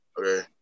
Okay